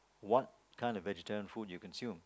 what kind of vegetarian food you consume